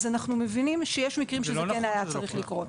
אנחנו מבינים שיש מקרים שזה כן היה צריך לקרות.